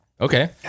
Okay